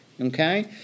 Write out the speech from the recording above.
Okay